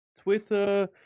Twitter